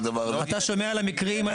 הדבר הזה --- אתה שומע על המקרים,